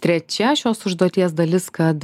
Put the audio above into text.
trečia šios užduoties dalis kad